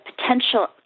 potential